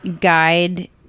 guide